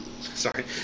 Sorry